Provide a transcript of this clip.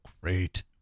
great